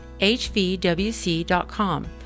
hvwc.com